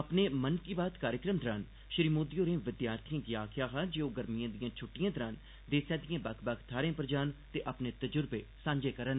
अपने 'मन की बात' कार्यक्रम दौरान श्री मोदी होरें विद्यार्थिएं गी आक्खेआ हा जे ओह् गर्मिएं दिएं छुट्टिएं दौरान देसै दिएं बक्ख बक्ख थाहरें पर जान ते अपने तजुर्बें सांझे करन